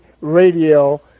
radio